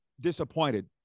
disappointed